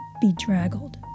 bedraggled